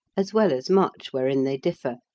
as well as much wherein they differ,